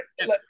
right